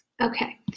Okay